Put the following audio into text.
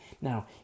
Now